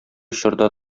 чорда